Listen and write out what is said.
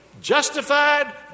Justified